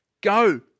go